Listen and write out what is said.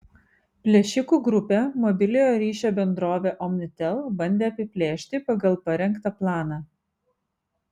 plėšikų grupė mobiliojo ryšio bendrovę omnitel bandė apiplėšti pagal parengtą planą